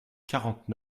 quarante